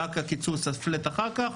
רק הקיצוץ --- אחר כך,